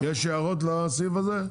שאלות לסעיף הזה?